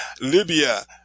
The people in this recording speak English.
Libya